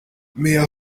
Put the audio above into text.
mia